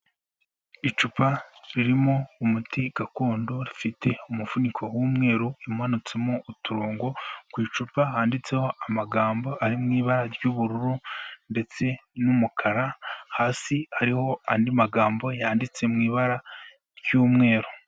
Icupa ririmo umuti gakondo rifite umufuniko w'umweru umanutse mo uturongo ku icupa handitseho amagambo ari mu ibara ry'ubururu ndetse n'umukara, hasi hariho andi magambo yanditse mu ibara ry'umweru.